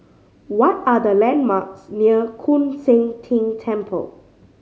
what are the landmarks near Koon Seng Ting Temple